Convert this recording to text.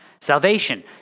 Salvation